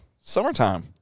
summertime